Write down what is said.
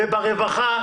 וברווחה,